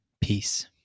Peace